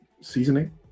seasoning